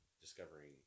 discovering